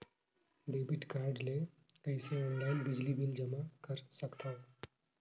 Debit card ले कइसे online बिजली बिल जमा कर सकथव?